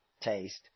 taste